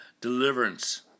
deliverance